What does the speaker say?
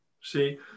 see